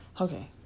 Okay